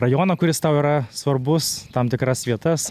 rajoną kuris tau yra svarbus tam tikras vietas